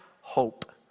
Hope